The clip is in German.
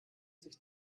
sich